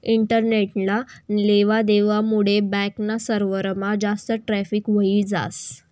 इंटरनेटना लेवा देवा मुडे बॅक ना सर्वरमा जास्त ट्रॅफिक व्हयी जास